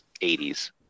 80s